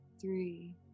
three